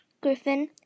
griffin